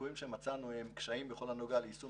הליקויים שמצאנו: קשיים בכל הנוגע ליישום